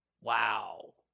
Wow